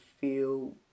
feel